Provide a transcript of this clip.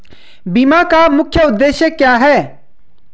बीमा का मुख्य उद्देश्य क्या है?